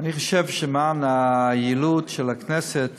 אני חושב שלמען היעילות של הכנסת